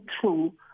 true